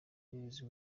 umuyobozi